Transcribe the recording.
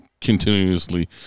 continuously